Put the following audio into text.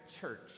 church